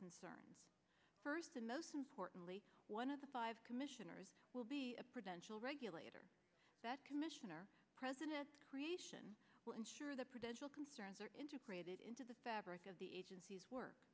concerns first and most importantly one of the five commissioners will be a potential regulator commissioner president creation will ensure the prudential concerns are integrated into the fabric of the agency's work